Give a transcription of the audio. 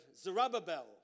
Zerubbabel